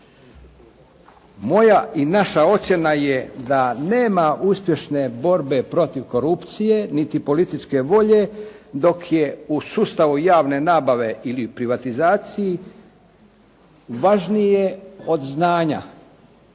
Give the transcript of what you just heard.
Moja i naša ocjena je da nema uspješne borbe protiv korupcije niti političke volje dok je u sustavu javne nabave ili u privatizaciji važnije od znanja,